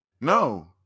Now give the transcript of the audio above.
No